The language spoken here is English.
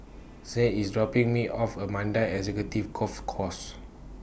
Saint IS dropping Me off A Mandai Executive Golf Course